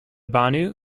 banu